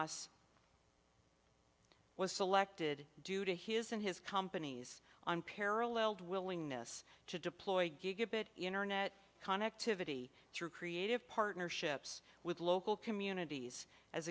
r was selected due to his in his company's unparalleled willingness to deploy gigabit internet connectivity through creative partnerships with local communities as